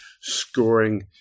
scoring